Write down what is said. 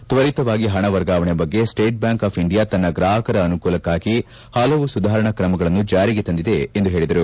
ತ್ವರಿತವಾಗಿ ಹಣ ವರ್ಗಾವಣೆ ಬಗ್ಗೆ ಸ್ವೇಟ್ ಬ್ಯಾಂಕ್ ಆಫ್ ಇಂಡಿಯಾ ತನ್ನ ಗ್ರಾಹಕರ ಅನುಕೂಲಕ್ಷಾಗಿ ಹಲವು ಸುಧಾರಣಾ ಕ್ರಮಗಳನ್ನು ಜಾರಿಗೆ ತಂದಿದೆ ಎಂದು ಹೇಳದರು